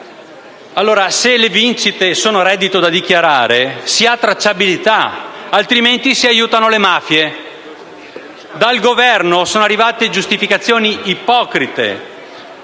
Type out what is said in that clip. se le vincite sono reddito da dichiarare si ha tracciabilità, altrimenti si aiutano le mafie. Dal Governo sono arrivate giustificazioni ipocrite: